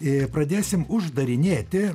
ir pradėsime uždarinėti